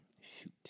Shoot